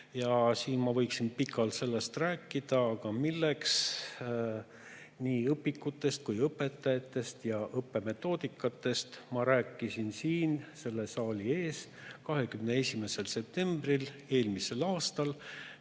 ma võiksin pikalt rääkida. Aga milleks? Nii õpikutest, õpetajatest kui õppemetoodikatest ma rääkisin siin selle saali ees 21. septembril eelmisel aastal,